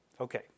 Okay